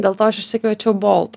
dėl to aš išsikviečiau boltą